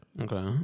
okay